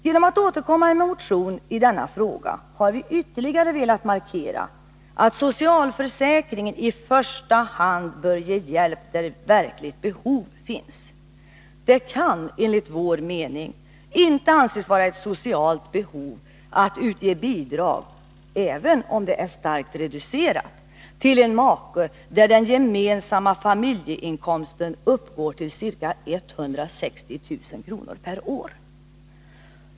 Genom att återkomma med en motion i denna fråga har vi ytterligare velat markera att socialförsäkringen i första hand bör ge hjälp där verkligt behov finns. Det kan enligt vår mening inte anses vara ett socialt behov att utge bidrag — även om det är starkt reducerat — till en make där den gemensamma familjeinkomsten uppgår till ca 160 000 kr. per år.